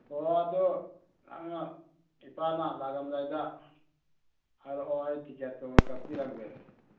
ꯑꯣ ꯑꯗꯣ ꯅꯪꯅ ꯏꯄꯥꯅ ꯂꯥꯛꯑꯝꯗꯥꯏꯗ ꯍꯥꯏꯔꯛꯑꯣ ꯑꯩ ꯇꯤꯛꯀꯦꯠꯇꯣ ꯀꯛꯄꯤꯔꯝꯒꯦ